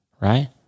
right